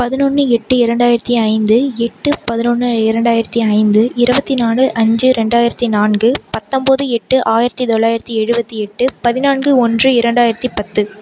பதினொன்னு எட்டு இரண்டாயிரத்தி ஐந்து எட்டு பதினொன்னு இரண்டாயிரத்தி ஐந்து இருபத்தி நாலு அஞ்சு ரெண்டாயிரத்தி நான்கு பத்தம்பது எட்டு ஆயிரத்தி தொள்ளாயிரத்தி எழுபத்தி எட்டு பதினான்கு ஒன்று இரண்டாயிரத்தி பத்து